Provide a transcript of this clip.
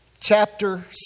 chapter